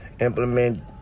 Implement